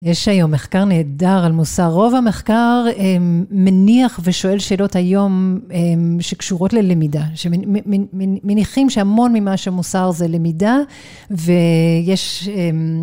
יש היום מחקר נהדר על מוסר. רוב המחקר מניח ושואל שאלות היום שקשורות ללמידה, שמניחים שהמון ממה שמוסר זה למידה, ויש...